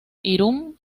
irún